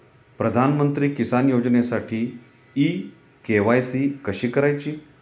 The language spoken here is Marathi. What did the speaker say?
प्रधानमंत्री किसान योजनेसाठी इ के.वाय.सी कशी करायची?